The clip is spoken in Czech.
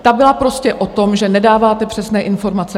Ta byla prostě o tom, že nedáváte přesné informace.